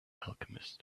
alchemist